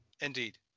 Indeed